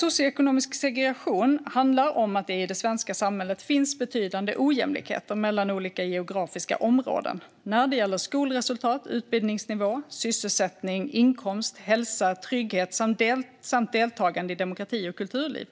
Socioekonomisk segregation handlar om att det i det svenska samhället finns betydande ojämlikheter mellan olika geografiska områden när det gäller skolresultat, utbildningsnivå, sysselsättning, inkomst, hälsa, trygghet och deltagande i demokrati och kulturliv.